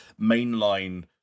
mainline